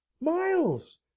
Miles